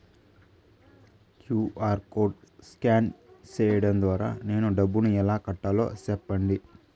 QR code scan సేయడం ద్వారా నేను డబ్బును ఎలా కట్టాలో సెప్పండి?